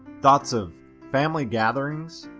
thoughts of family gatherings,